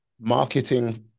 marketing